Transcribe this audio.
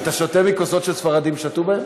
אתה שותה מכוסות שספרדים שתו מהן?